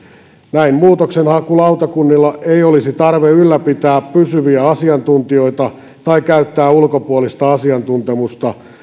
näin muutoksenhakulautakunnilla ei olisi tarvetta ylläpitää pysyviä asiantuntijoita tai käyttää ulkopuolista asiantuntemusta